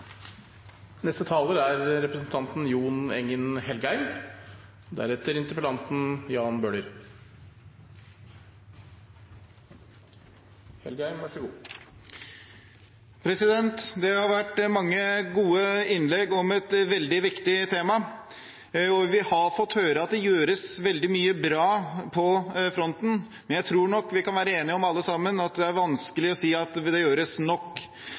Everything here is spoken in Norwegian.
Det har vært mange gode innlegg om et veldig viktig tema. Vi har fått høre at det gjøres veldig mye bra på fronten, men jeg tror nok vi alle sammen kan være enige om at det er vanskelig å si at det gjøres nok.